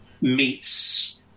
meets